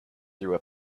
through